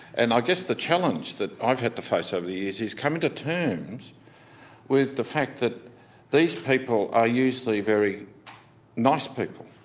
and i guess the challenge that i've had to face over ah the years is coming to terms with the fact that these people are usually very nice people,